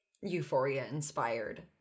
euphoria-inspired